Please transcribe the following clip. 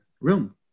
room